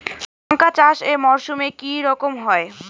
লঙ্কা চাষ এই মরসুমে কি রকম হয়?